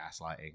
gaslighting